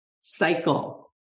cycle